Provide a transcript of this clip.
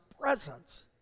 presence